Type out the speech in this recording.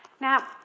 Now